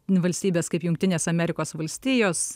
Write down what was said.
valstybės kaip jungtinės amerikos valstijos